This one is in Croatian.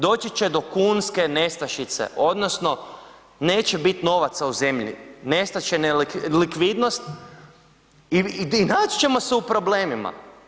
Doći će do kunske nestašice odnosno neće bit novaca u zemlji, nestat će likvidnost i naći ćemo se u problemima.